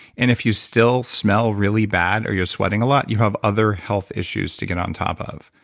and if you still smell really bad or you're sweating a lot, you have other health issues to get on top of.